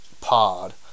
pod